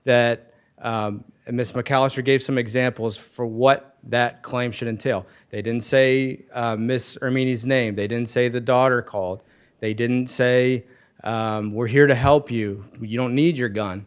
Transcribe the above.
that miss macallister gave some examples for what that claim should until they didn't say miss or mean his name they didn't say the daughter called they didn't say we're here to help you you don't need your gun